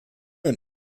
ein